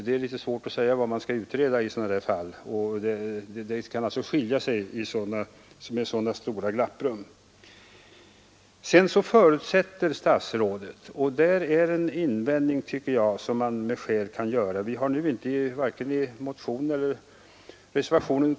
Det är svårt att fastställa vad som skall utredas i sådana fall, där uppfattningarna går isär så radikalt. Man kan vidare ha skäl att göra en invändning, som vi på grund av brådska inte hunnit ta upp vare sig i motion eller reservation.